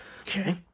Okay